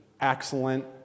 excellent